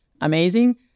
amazing